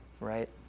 right